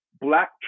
black